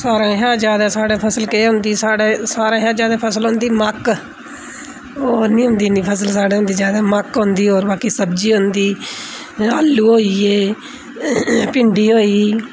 सारे कशा ज्यादा साढ़े फसल केह् होंदी साढ़े सारे कशा ज्यादा फसल होंदी मक्क होर निं होंदी इन्नी फसल साढ़े होंदी जादा मक्क होंदी होर बाकी सब्जी होंदी आलू होई गे भिंडी होई गेई